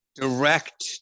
direct